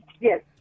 Yes